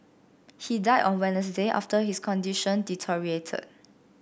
he died on Wednesday after his condition deteriorated